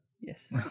Yes